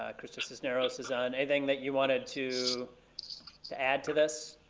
ah krista cisneroz is on, anything that you wanted to to add to this?